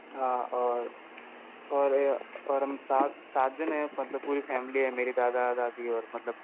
हाँ और और और हम सात सात जने है मतलब पूरी फ़ैमिली है मेरे दादा दादी और मतलब